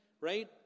right